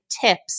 tips